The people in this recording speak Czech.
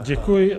Děkuji.